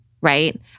Right